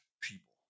people